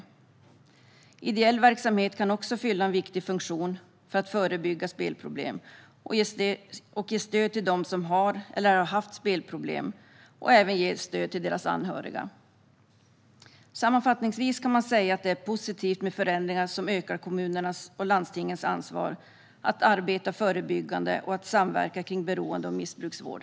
Även ideell verksamhet kan fylla en viktig funktion för att förebygga spelproblem och ge stöd till dem som har eller har haft spelproblem. Den kan också ge stöd till anhöriga. Sammanfattningsvis är det positivt med förändringar som ökar kommunernas och landstingens ansvar att arbeta förebyggande och att samverka kring beroende och missbruksvård.